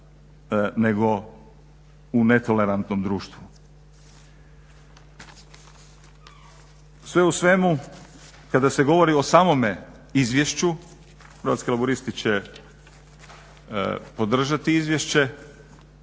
nego u netolerantnom društvu. Sve u svemu kada se govori o samome izvješću Hrvatski laburisti će podržati izvješće